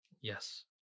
Yes